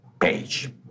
page